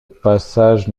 passage